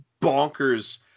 bonkers